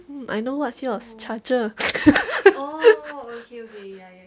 I know what's yours charger